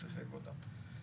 שיחק אותה.